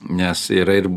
nes yra ir